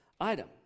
item